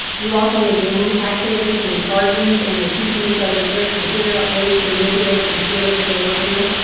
you walk in the game activities, and the card games, and they're teaching each other tricks, and figured out ways to manipulate the materials that they're working with.